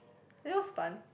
it was fun